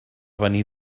venir